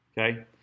Okay